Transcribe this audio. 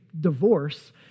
divorce